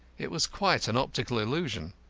it was quite an optical illusion.